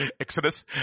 Exodus